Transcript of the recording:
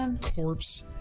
corpse